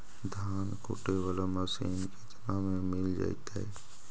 धान कुटे बाला मशीन केतना में मिल जइतै?